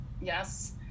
yes